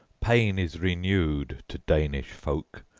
pain is renewed to danish folk.